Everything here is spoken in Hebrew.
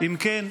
אם כן,